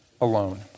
alone